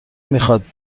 میخواد